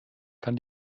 kann